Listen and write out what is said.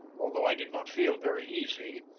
although i did not feel very easy,